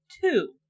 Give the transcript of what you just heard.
two